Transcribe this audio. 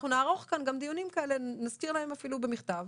אנחנו נערוך כאן גם דיונים כאלה ונזכיר להם אפילו במכתב